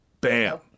bam